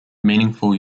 meaningful